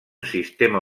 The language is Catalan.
sistema